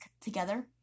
together